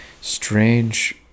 strange